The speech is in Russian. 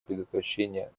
предотвращения